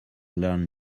learn